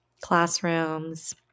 classrooms